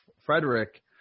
Frederick